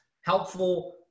helpful